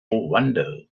wonder